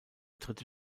dritte